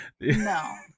No